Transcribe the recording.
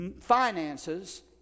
finances